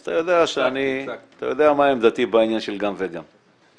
אתה יודע מה עמדתי בעניין של גם וגם.